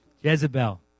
Jezebel